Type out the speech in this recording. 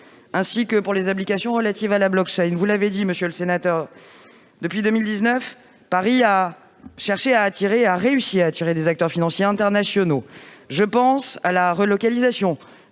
ainsi que pour les applications relatives à la. Vous l'avez rappelé, monsieur le sénateur, depuis 2019, Paris a cherché et a réussi à attirer des acteurs financiers internationaux. Je pense à la relocalisation